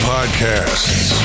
Podcasts